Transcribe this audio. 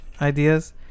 ideas